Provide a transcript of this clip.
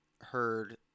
heard